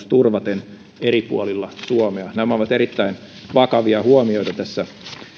turvaten saavutettavuus eri puolilla suomea nämä ovat erittäin vakavia huomioita tässä